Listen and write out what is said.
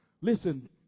listen